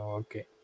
okay